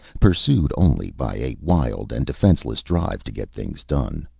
pursued only by a wild and defenseless drive to get things done.